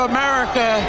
America